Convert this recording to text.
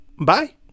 Bye